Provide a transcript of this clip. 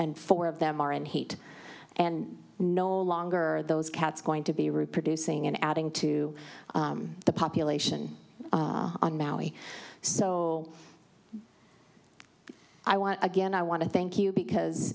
and four of them are in heat and no longer are those cats going to be reproducing and adding to the population on maui so i want again i want to thank you because